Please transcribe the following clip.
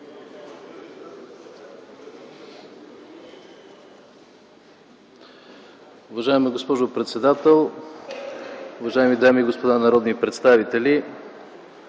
Уважаема госпожо председател, уважаеми дами и господа народни представители!